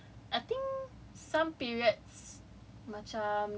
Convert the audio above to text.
just screwing for like time lah then now I think